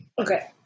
Okay